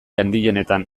handienetan